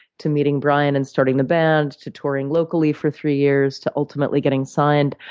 to meeting brian and starting the band, to touring locally for three years, to ultimately getting signed.